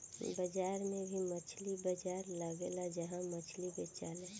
बाजार में भी मछली बाजार लगेला जहा मछली बेचाले